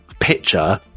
picture